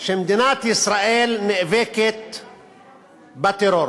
שמדינת ישראל נאבקת בטרור,